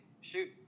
shoot